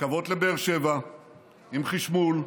רכבות לבאר שבע עם חשמול,